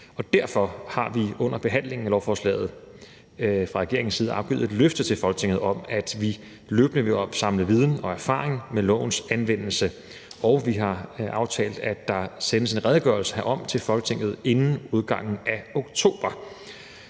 Derfor har vi under behandlingen af lovforslaget fra regeringens side afgivet et løfte til Folketinget om, at vi løbende vil opsamle viden og erfaring med lovens anvendelse, og vi har aftalt, at der sendes en redegørelse herom til Folketinget inden udgangen af oktober.